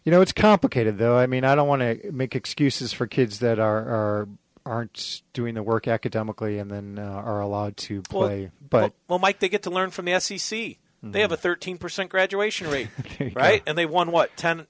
you know it's complicated though i mean i don't want to make excuses for kids that are aren't doing the work academically and then are allowed to play but when might they get to learn from the f c c they have a thirteen percent graduation rate right and they won what ten